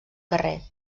carrer